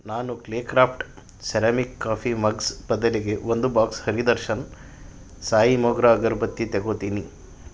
ನಾನು clay craft ceramic coffee mugs ಬದಲಿಗೆ ಒಂದು ಬಾಕ್ಸ್ ಹರಿ ದರ್ಶನ್ ಸಾಯಿ ಮೋಗ್ರಾ ಅಗರ್ಬತ್ತಿ ತಗೊಳ್ತೀನಿ